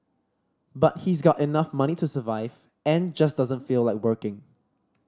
but he's got enough money to survive and just doesn't feel like working